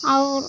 और